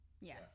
yes